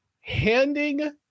handing